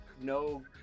No